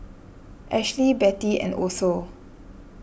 Ashlie Betty and Otho